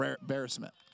embarrassment